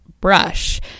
brush